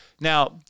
Now